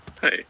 Hey